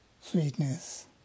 sweetness